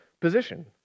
position